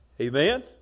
Amen